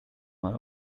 mal